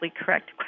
correct